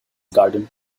garden